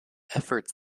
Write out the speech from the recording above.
efforts